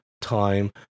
time